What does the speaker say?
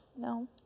No